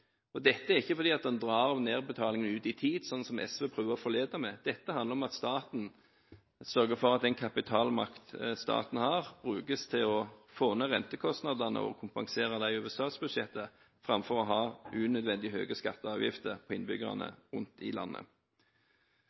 går. Dette er ikke fordi en drar nedbetalingene ut i tid, slik SV prøver å forlede med. Dette handler om at staten sørger for at den kapitalmakten staten har, brukes til å få ned rentekostnadene og kompensere dem over statsbudsjettet framfor å ha unødvendig høye skatter og avgifter for innbyggerne rundt i landet.